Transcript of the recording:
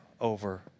over